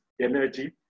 energy